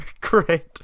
Great